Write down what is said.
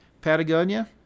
Patagonia